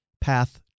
path